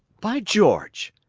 by george!